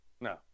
No